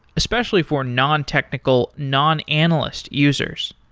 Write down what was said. especially for non-technical non-analyst users.